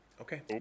Okay